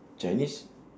chinese